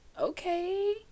okay